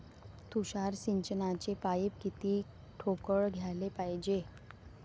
तुषार सिंचनाचे पाइप किती ठोकळ घ्याले पायजे?